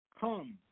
Come